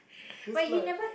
this like